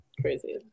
crazy